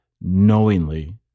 knowingly